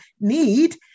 need